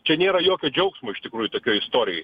čia nėra jokio džiaugsmo iš tikrųjų tokioj istorijoj